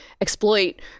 exploit